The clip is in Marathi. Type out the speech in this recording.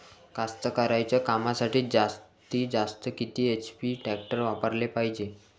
कास्तकारीच्या कामासाठी जास्तीत जास्त किती एच.पी टॅक्टर वापराले पायजे?